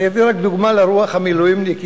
אני אביא רק דוגמה לרוח המילואימניקית.